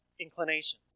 inclinations